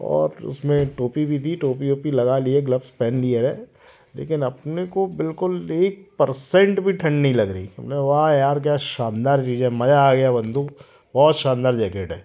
और उसमें टोपी भी थी टोपी ओपी लगा लिए ग्लब्स पहन लिये है लेकिन अपने को बिल्कुल एक परसेंट भी ठंड नहीं लग रही हमने वाह यार क्या शानदार चीज है मज़ा आ गया बंदू बहुत शानदार जैकेट है